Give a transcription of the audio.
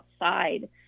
outside